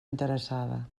interessada